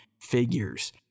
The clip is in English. figures